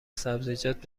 سبزیجات